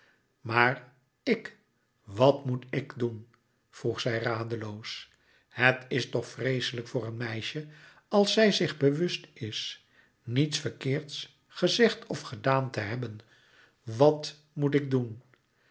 maar ik wat moet ik doen vroeg zij radeloos het is toch vreeslijk voor een meisje als zij zich bewust is niets verkeerds gezegd of gedaan te hebben wat moet ik doen